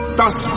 das